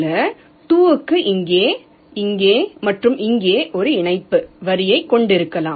இதேபோல் 2 க்கு இங்கே இங்கே மற்றும் இங்கே ஒரு இணைப்பு வரியைக் கொண்டிருக்கலாம்